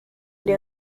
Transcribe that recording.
les